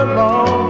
long